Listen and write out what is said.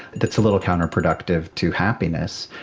that's a little counter-productive to happiness.